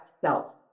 self